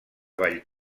vall